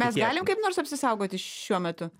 mes galim kaip nors apsisaugoti šiuo metu